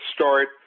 start